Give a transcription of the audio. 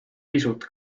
pisut